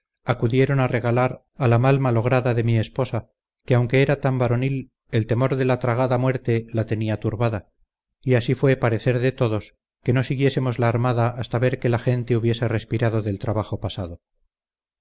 acudieron a regalar a la mal malograda de mi esposa que aunque era tan varonil el temor de la tragada muerte la tenía turbada y así fue parecer de todos que no siguiésemos la armada hasta ver que la gente hubiese respirado del trabajo pasado